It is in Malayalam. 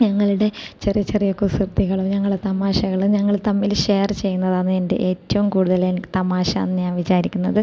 ഞങ്ങളുടെ ചെറിയ ചെറിയ കുസൃതികളും ഞങ്ങളെ തമാശകളും ഞങ്ങൾ തമ്മിൽ ഷെയർ ചെയ്യുന്നതാണ് എൻ്റെ ഏറ്റവും കൂടുതൽ എനിക്ക് തമാശയെന്ന് ഞാൻ വിചാരിക്കുന്നത്